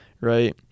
right